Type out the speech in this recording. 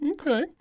Okay